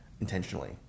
intentionally